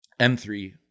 M3